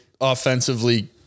Offensively